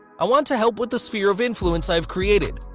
i want to help with the sphere of influence i have created.